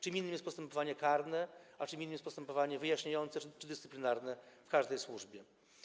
Czym innym jest postępowanie karne, a czym innym jest postępowanie wyjaśniające czy dyscyplinarne w każdej służbie.